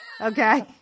Okay